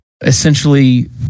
essentially